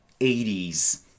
80s